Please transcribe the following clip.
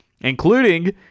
including –